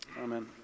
amen